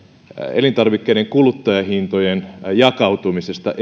elintarvikkeiden kuluttajahintojen jakautumisesta